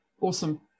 awesome